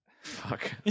Fuck